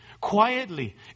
quietly